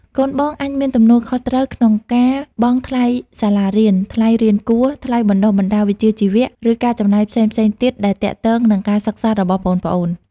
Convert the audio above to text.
កូនបងអាចមានទំនួលខុសត្រូវក្នុងការបង់ថ្លៃសាលារៀន ថ្លៃរៀនគួរ ថ្លៃបណ្ដុះបណ្ដាលវិជ្ជាជីវៈ ឬការចំណាយផ្សេងៗទៀតដែលទាក់ទងនឹងការសិក្សារបស់ប្អូនៗ។